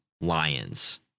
Lions